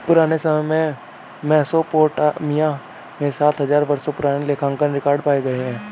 पुराने समय में मेसोपोटामिया में सात हजार वर्षों पुराने लेखांकन रिकॉर्ड पाए गए हैं